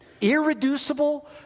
irreducible